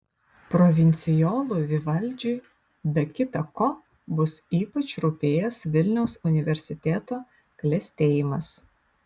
provincijolui vivaldžiui be kita ko bus ypač rūpėjęs vilniaus universiteto klestėjimas